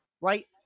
right